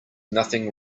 nothing